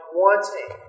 wanting